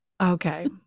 Okay